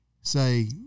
say